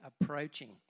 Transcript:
approaching